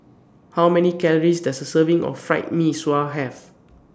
How Many Calories Does A Serving of Fried Mee Sua Have